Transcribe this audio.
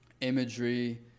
imagery